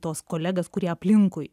tuos kolegas kurie aplinkui